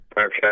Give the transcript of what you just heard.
Okay